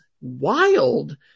wild